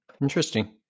Interesting